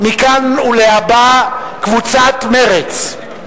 מכאן ולהבא קבוצת סיעת מרצ,